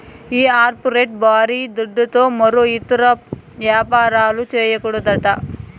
ఈ ఆఫ్షోర్ బారీ దుడ్డుతో మరో ఇతర యాపారాలు, చేయకూడదట